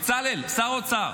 בצלאל, שר האוצר.